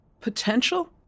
potential